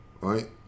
right